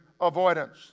avoidance